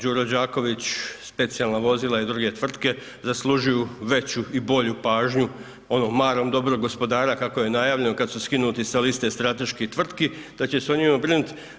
Đuro Đaković Spacijalna vozila i druge tvrtke zaslužuju veću i bolju pažnju ono marom dobrog gospodara kako je najavljeno kada su skinuti sa liste strateških tvrtki da će se o njima brinuti.